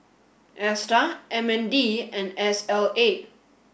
ASTAR M N D and S L A